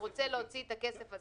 עדיין אין פתרון בהסכם המוצע של